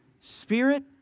spirit